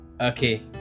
Okay